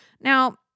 Now